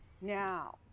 Now